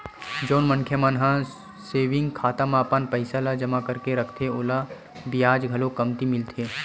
जउन मनखे मन ह सेविंग खाता म अपन पइसा ल जमा करके रखथे ओला बियाज घलो कमती मिलथे